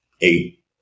eight